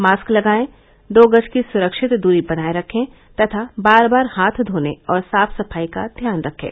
mask लगायें दो गज की सुरक्षित दूरी बनाये रखें तथा बार बार हाथ धोने और साफ सफाई का ध्यान रखें